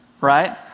right